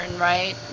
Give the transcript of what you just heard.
right